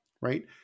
right